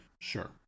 Sure